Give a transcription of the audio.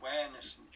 awareness